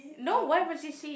no why would she see